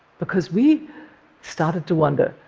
because we started to wonder,